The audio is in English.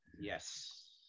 Yes